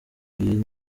iyo